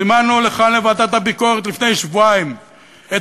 זימנו לכאן לוועדת הביקורת לפני שבועיים את